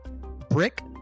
brick